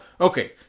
okay